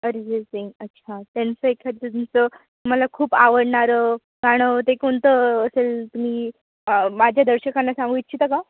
अरिजित सिंग अच्छा त्यांचं एखादं तुमचं मला खूप आवडणारं गाणं ते कोणतं असेल तुम्ही माझ्या दर्शकांना सांगू इच्छिता का